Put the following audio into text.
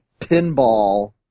Pinball